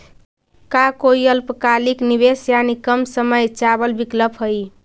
का कोई अल्पकालिक निवेश यानी कम समय चावल विकल्प हई?